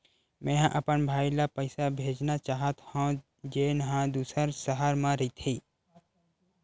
मेंहा अपन भाई ला पइसा भेजना चाहत हव, जेन हा दूसर शहर मा रहिथे